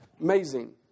Amazing